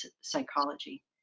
Psychology